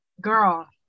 Girl